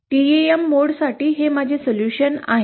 टेम mode साठी हे माझे सोल्युशन आहेत